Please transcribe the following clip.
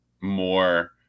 more